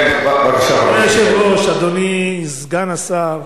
אדוני היושב-ראש, אדוני סגן השר,